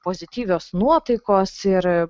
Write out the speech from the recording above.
pozityvios nuotaikos ir